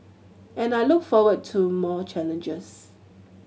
and I look forward to more challenges